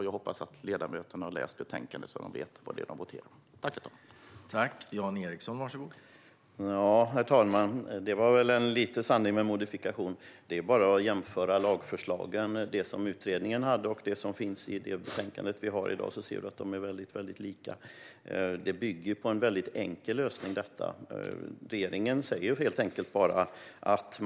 Jag hoppas att ledamöterna har läst betänkandet, så att det vet vad de voterar om.